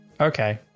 Okay